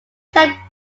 time